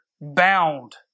bound